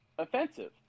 offensive